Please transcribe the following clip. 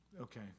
Okay